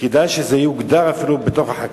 וכדאי שזה יוגדר אפילו בתוך החקיקה.